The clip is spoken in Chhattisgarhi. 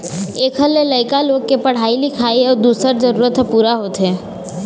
एखर ले लइका लोग के पढ़ाई लिखाई अउ दूसर जरूरत ह पूरा होथे